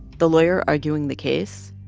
the lawyer arguing the case,